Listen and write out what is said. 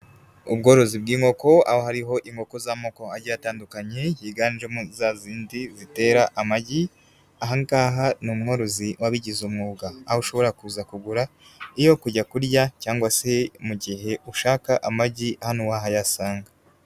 Ubworozi bw'inkoko aho hariho inkoko z'amoko agiye atandukanye yiganjemo zazindi zitera amagi, ahangaha ni umworozi wabigize umwuga, aho ushobora kuza kugura, iyo kujya kurya cyangwa se mu gihe ushaka amagi wahayasanga.